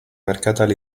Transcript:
merkatal